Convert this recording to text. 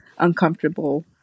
uncomfortable